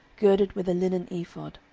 girded with a linen ephod.